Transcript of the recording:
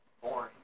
boring